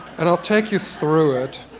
and i will take you through it.